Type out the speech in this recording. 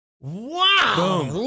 Wow